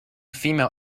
female